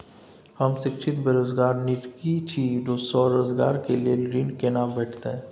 हम शिक्षित बेरोजगार निजगही छी, स्वरोजगार के लेल ऋण केना भेटतै?